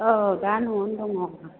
औ दा न'आवनो दङ